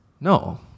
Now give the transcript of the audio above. No